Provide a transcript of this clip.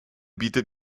bietet